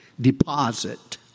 deposit